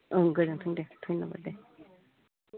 ओं गोजोन्थों देह धन्यबाद देह